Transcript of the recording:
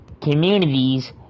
communities